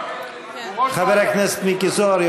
חבר הכנסת מיקי זוהר,